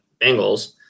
Bengals